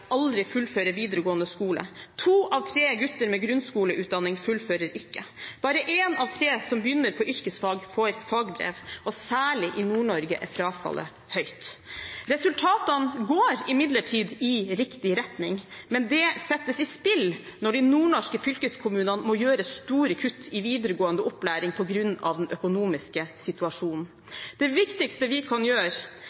aldri fullfører videregående skole. To av tre gutter med grunnskoleutdanning fullfører ikke. Bare én av tre som begynner på yrkesfag, får fagbrev. Særlig i Nord-Norge er frafallet høyt. Resultatene går imidlertid i riktig retning, men det settes i spill når de nordnorske fylkeskommunene må gjøre store kutt i videregående opplæring på grunn av den økonomiske situasjonen.